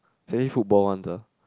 it's only football ones ah